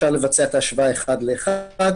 אפשר לבצע את ההשוואה אחד לאחד.